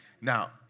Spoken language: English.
Now